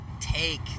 take